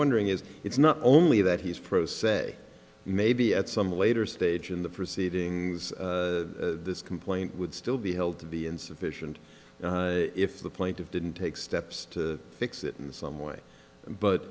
wondering is it's not only that he's pro se maybe at some later stage in the proceedings this complaint would still be held to be insufficient if the point of didn't take steps to fix it in some way but